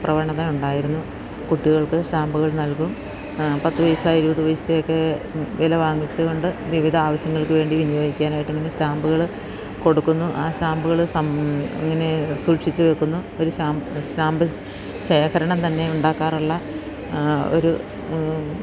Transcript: പ്രവണത ഉണ്ടായിരുന്നു കുട്ടികൾക്ക് സ്റ്റാമ്പുകൾ നൽകും പത്ത് പൈസ ഇരുപത് പൈസയൊക്കെ വില വാങ്ങിച്ച് കൊണ്ട് വിവിധ ആവശ്യങ്ങൾക്ക് വേണ്ടി വിനിയോഗിക്കാനായിട്ട് ഇങ്ങനെ സ്റ്റാമ്പുകൾ കൊടുക്കുന്നു ആ സ്റ്റാമ്പുകൾ ഇങ്ങനെ സൂക്ഷിച്ച് വെക്കുന്നു ഒരു സ്റ്റാമ്പ് ശേഖരണം തന്നെ ഉണ്ടാക്കാറുള്ള ഒരു